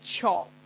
chop